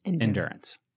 endurance